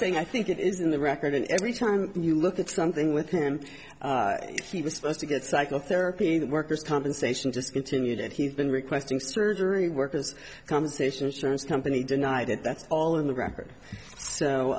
saying i think it is in the record and every time you look at something with him he was supposed to get psychotherapy the workers compensation just continue that he's been requesting surgery workers compensation insurance company deny that that's all in the record so